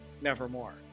Nevermore